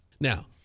Now